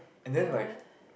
ya